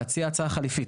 להציע הצעה חלופית.